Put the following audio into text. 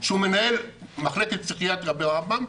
שהוא מנהל מחלקת פסיכיאטריה ברמב"ם,